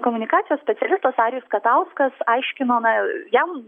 komunikacijos specialistas arijus katauskas aiškinome jam